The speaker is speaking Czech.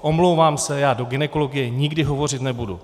Omlouvám se, já do gynekologie nikdy hovořit nebudu.